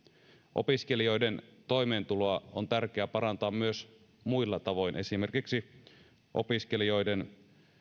opiskelijoiden toimeentuloa on tärkeää parantaa myös muilla tavoin esimerkiksi opiskelijoiden